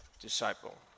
disciple